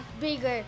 bigger